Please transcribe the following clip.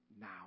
now